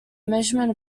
measurement